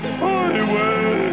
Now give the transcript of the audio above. highway